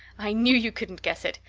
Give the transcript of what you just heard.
i knew you couldn't guess it.